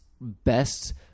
best